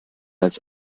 als